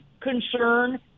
concern